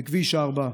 בכביש 4,